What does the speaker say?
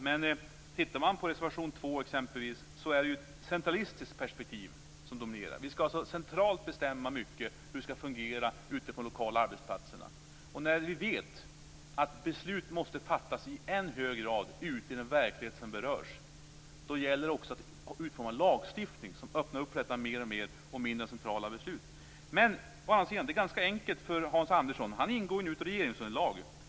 Men om man tittar på reservation 2 är det ju ett centralistiskt perspektiv som dominerar. Vi skall bestämma centralt om hur det skall fungera ute på de lokala arbetsplatserna. Vi vet ju att beslut måste fattas i än högre grad ute i den verklighet som berörs. Då gäller det också att utforma en lagstiftning som öppnar upp för detta mer och mer så att vi får färre centrala beslut. Å andra sidan är det ganska enkelt för Hans Andersson att göra något åt detta. Han ingår nu i ett regeringsunderlag.